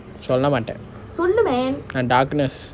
சொல்ல மாட்டேன்:solla maten and darkness